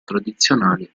tradizionali